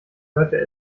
hörte